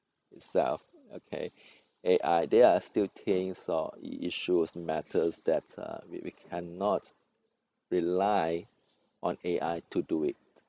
itself okay A_I there are still things or issues matters that uh we we cannot rely on A_I to do it